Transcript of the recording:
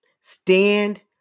Stand